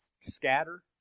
scatter